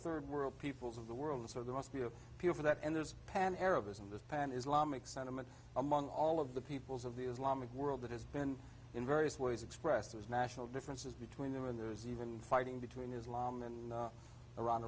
third world peoples of the world so there must be a feel for that and there's pan arab ism this pan islamic sentiment among all of the peoples of the islamic world that has been in various ways expressed as national differences between them and there is even fighting between islam and iran